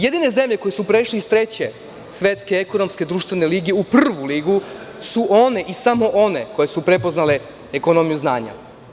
Jedine zemlje koje su prešle iz treće svetske ekonomske društvene lige u prvu ligu su one i samo one koje su prepoznale ekonomiju znanja.